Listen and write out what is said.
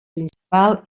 principal